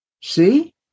See